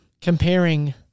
comparing